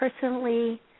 personally